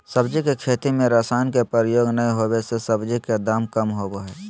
सब्जी के खेती में रसायन के प्रयोग नै होबै से सब्जी के दाम कम होबो हइ